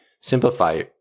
simplify